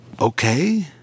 okay